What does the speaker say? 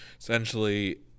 essentially